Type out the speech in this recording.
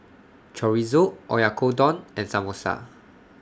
Chorizo Oyakodon and Samosa